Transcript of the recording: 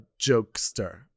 jokester